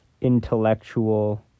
intellectual